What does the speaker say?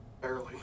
Barely